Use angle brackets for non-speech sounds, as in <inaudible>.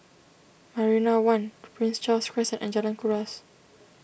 Marina one <noise> Prince Charles Crescent and Jalan Kuras